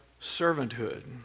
servanthood